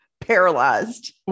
paralyzed